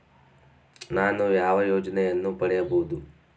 ನಾನು ಯಾವ ಯೋಜನೆಯನ್ನು ಪಡೆಯಬಹುದು?